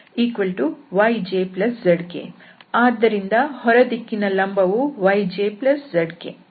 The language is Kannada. ಆದ್ದರಿಂದ ಹೊರ ದಿಕ್ಕಿನ ಲಂಬವು yjzk